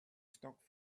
stock